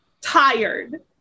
tired